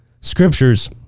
scriptures